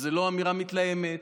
וזו לא אמירה מתלהמת,